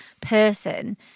person